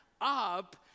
up